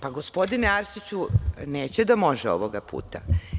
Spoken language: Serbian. Pa, gospodine Arsiću, neće da može ovoga puta.